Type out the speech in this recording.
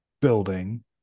building